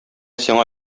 сиңа